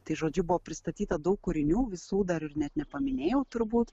tai žodžiu buvo pristatyta daug kūrinių visų dar ir net nepaminėjau turbūt